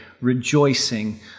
rejoicing